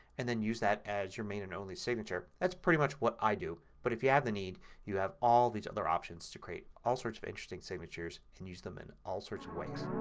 and then use that as your main and only signature. it's pretty much what i do. but if you have the need you have all these other options to create all sorts of interesting signatures and use them in all sorts of ways.